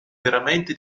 veramente